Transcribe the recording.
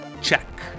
Check